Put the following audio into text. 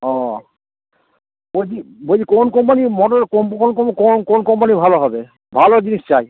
ও বলছি বলছি কোন কোম্পানির মোটর কোন কোন কোন কোন কোন কোম্পানির ভালো হবে ভালো জিনিস চাই